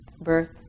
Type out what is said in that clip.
birth